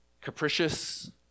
capricious